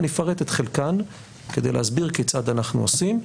אפרט את חלקן כדי להסביר כיצד אנחנו עושים.